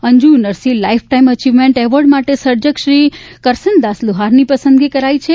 Anju Narshi lifetime achievement award માટે સર્જક શ્રી કરસનદાસ લુહારની પસંદગી કરાઈ છે